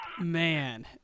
Man